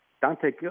Dante